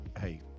hey